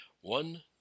one